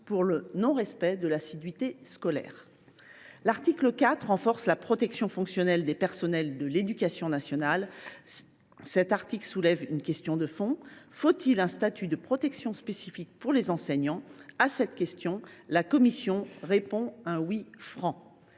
pour le non respect de l’assiduité scolaire. L’article 4 renforce la protection fonctionnelle des personnels de l’éducation nationale. Cet article pose une question de fond : faut il un statut de protection spécifique pour les enseignants ? À cette question, la commission répond par un oui franc.